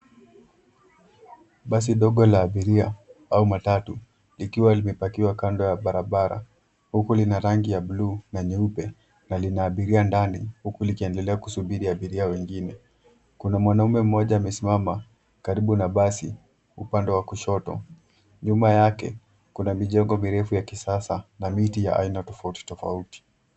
Basi ndogo la abiria, au matatu, likiwa limepakiwa kando ya barabara, huku lina rangi ya blue na nyeupe, na lina abiria ndani, huku likiendelea kusubiri abiria wengine. Kuna mwanaume mmoja amesimama karibu na basi, upande wa kushoto. Nyuma yake, kuna mijengo mirefu ya kisasa na miti ya aina tofauti tofauti.